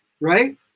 right